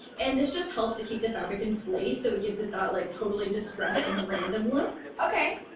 and this just helps to keep the fabric in place so it gives it that like totally distressed and random look. okay.